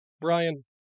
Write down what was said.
Brian